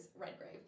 Redgrave